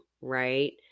right